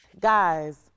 Guys